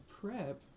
prep